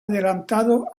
adelantado